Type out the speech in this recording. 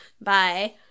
Bye